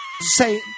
say